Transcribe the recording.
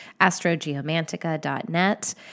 astrogeomantica.net